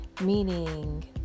meaning